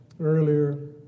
earlier